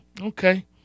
okay